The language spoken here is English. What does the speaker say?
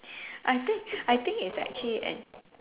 I think I think it's actually an